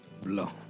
Blow